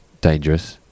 dangerous